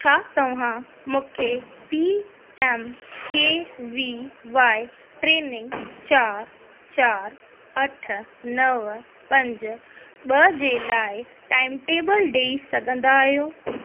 छा तव्हां मूंखे P M K V Y training चारि चारि अठ नव पंज ॿ जे लाइ टाइमटेबल ॾेई सघंदा आहियो